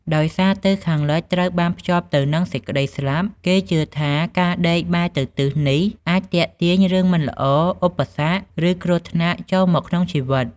ដោយសារទិសខាងលិចត្រូវបានភ្ជាប់នឹងសេចក្ដីស្លាប់ គេជឿថាការដេកបែរទៅទិសនេះអាចទាក់ទាញរឿងមិនល្អ ឧបសគ្គ ឬគ្រោះថ្នាក់ចូលមកក្នុងជីវិត។